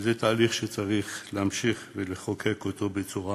וזה תהליך שצריך להמשיך ולחוקק אותו בצורה